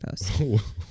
post